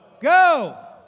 go